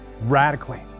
radically